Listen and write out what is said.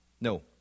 No